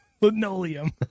linoleum